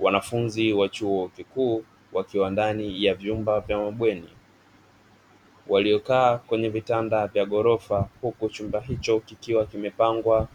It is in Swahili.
Wanafunzi wa chuo kikuu wakiwa ndani ya vyumba vya mabweni, waliokaa kwenye vitanda vya ghorofa huku chumba hicho kikiwa kimepangwa